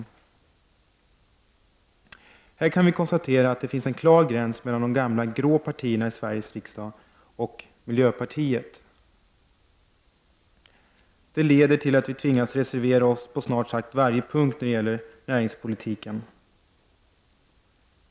I detta sammanhang kan vi konstatera att det finns en klar gräns mellan de gamla grå partierna i Sveriges riksdag och miljöpartiet. Det har lett till att vi har tvingats reservera oss på snart sagt varje punkt när det gäller näringspolitiken.